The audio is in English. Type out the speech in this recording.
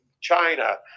China